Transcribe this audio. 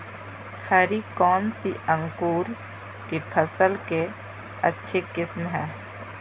हरी कौन सी अंकुर की फसल के अच्छी किस्म है?